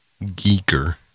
Geeker